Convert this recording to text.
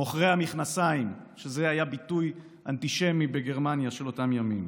מוכרי המכנסיים" זה היה ביטוי אנטישמי בגרמניה של אותם ימים.